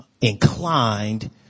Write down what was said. inclined